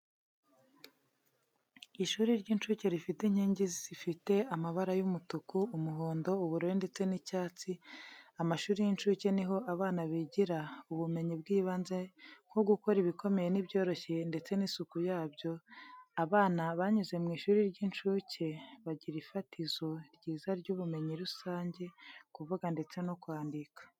Ishuri ry'incuke rifite inkingi zifite amabara y'umutuku, umuhondo, ubururu ndetse n'icyatsi, amashuri y'incuke ni ho abana bigira ubumenyi bw'ibanze nko gukora ibikomeye n'ibyoroshye ndetse n'isuku yabyo, abana banyuze mu ishuri ryiza ry'incuke bagira ifatizo ryiza ry'ubumenyi rusange, kuvuga ndetse no kwandika.